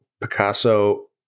Picasso